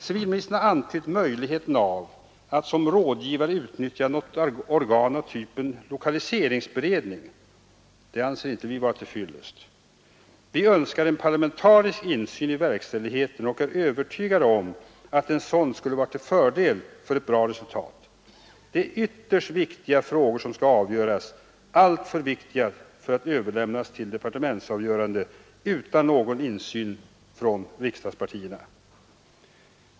Civilministern har antytt möjligheten av att som rådgivare utnyttja något organ av typen lokaliseringsberedningen. Det anser vi inte vara till fyllest. Vi önskar en parlamentarisk insyn i verkställigheten och vi är övertygade om att en sådan skulle medverka till ett bra resultat. Det är ytterst viktiga frågor som skall avgöras, alltför viktiga för att överlämna till departementets avgörande utan någon insyn från riksdagspartierna.